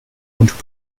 und